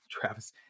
Travis –